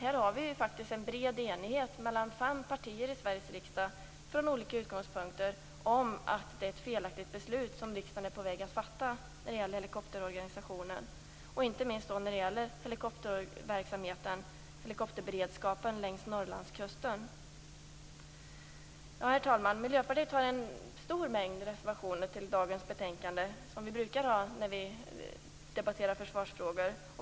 Här har vi en bred enighet mellan fem partier i Sveriges riksdag från olika utgångspunkter om att det är ett felaktigt beslut som riksdagen är på väg att fatta när det gäller helikopterorganisationen, inte minst när det gäller helikopterberedskapen längs Norrlandskusten. Herr talman! Miljöpartiet har en stor mängd reservationer till dagens betänkande, som vi brukar ha i försvarsfrågor.